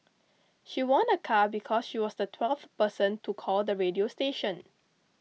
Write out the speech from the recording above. she won a car because she was the twelfth person to call the radio station